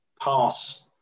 pass